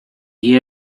the